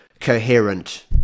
coherent